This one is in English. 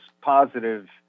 positive